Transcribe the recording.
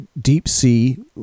deep-sea